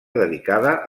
dedicada